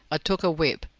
i took a whip,